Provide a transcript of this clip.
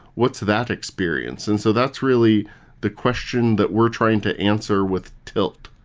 what's that experience? and so that's really the question that we're trying to answer with tilt.